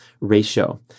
ratio